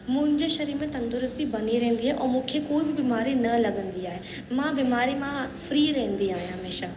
मुंहिंजे शरीर में तंदुरुस्ती बनी रहंदी आहे ऐं मूंखे को बि बीमारी न लगंदी आहे मां बीमारी मां फ़्री रहंदी आहियां हमेशह